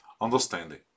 understanding